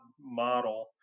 model